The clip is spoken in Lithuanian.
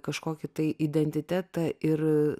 kažkokį tai identitetą ir